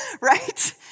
right